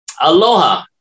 Aloha